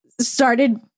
started